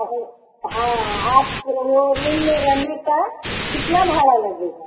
और हाँ आप को वो रूम में रहने का कितना भाड़ा लगेगा